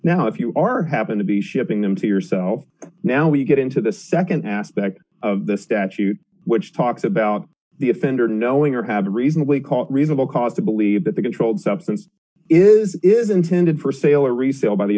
now if you are happen to be shipping them to yourself now we get into the nd aspect of the statute which talks about the offender knowing or have reasonably caught reasonable cause to believe that the controlled substance is is intended for sale or resale b